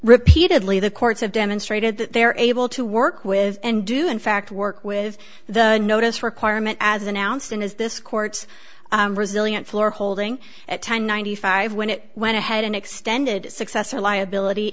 repeatedly the courts have demonstrated that they are able to work with and do in fact work with the notice requirement as announced and as this court brazilian floor holding at ten ninety five when it went ahead and extended successor liability